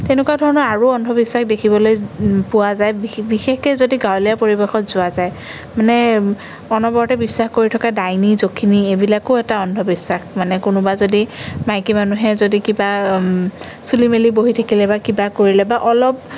তেনেকুৱা ধৰণৰ আৰু অন্ধবিশ্বাস দেখিবলৈ পোৱা যায় বিশেষকে যদি গাঁৱলীয়া পৰিৱেশত যোৱা যায় মানে অনবৰতে বিশ্বাস কৰি থকা ডাইনী যখিনী এইবিলাকো এটা অন্ধবিশ্বাস মানে কোনোবা যদি মাইকী মানুহে যদি কিবা চুলি মেলি বহি থাকিলে বা কিবা কৰিলে বা অলপ